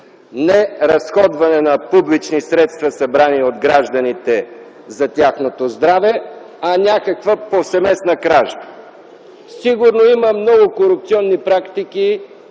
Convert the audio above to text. не разходване на публични средства, събрани от гражданите за тяхното здраве, а някаква повсеместна кражба. Сигурно има много корупционни практики